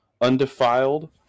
undefiled